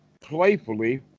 playfully